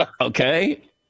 Okay